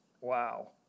Wow